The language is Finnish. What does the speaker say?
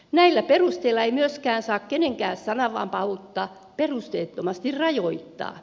näillä perusteilla ei myöskään saa kenenkään sananva pautta perusteettomasti rajoittaa